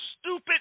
stupid